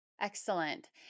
Excellent